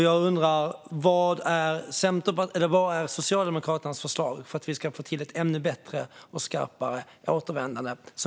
Jag undrar: Vad är Socialdemokraternas förslag för att vi ska få ett ännu bättre och skarpare återvändande?